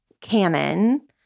canon